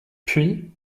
puis